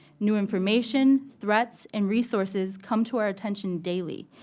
new information, threats, and resources come to our attention daily.